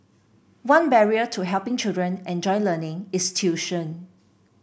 one barrier to helping children enjoy learning is tuition